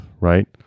right